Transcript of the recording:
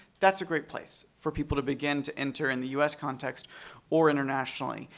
that's a great place for people to begin to enter in the u s. context or internationally.